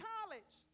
College